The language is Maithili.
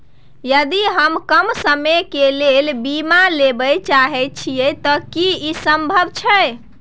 यदि हम कम समय के लेल बीमा लेबे चाहे छिये त की इ संभव छै?